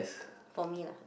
for me lah